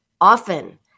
often